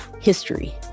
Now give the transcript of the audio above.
history